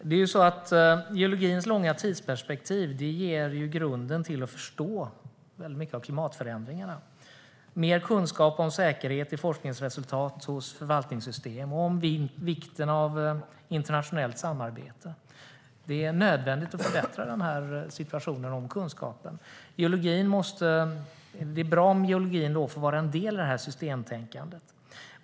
Herr talman! Geologins långa tidsperspektiv ger grunden till att förstå en stor del av klimatförändringarna, ger mer kunskap om säkerhet i forskningsresultat hos förvaltningssystem och om vikten av internationellt samarbete. Det är nödvändigt att förbättra kunskapen. Det är bra om geologin får vara en del av systemtänkandet.